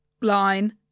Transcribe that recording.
line